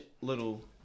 little